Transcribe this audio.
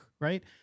Right